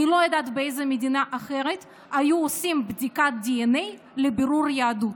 אני לא יודעת באיזו מדינה אחרת היו עושים בדיקת דנ"א לבירור יהדות.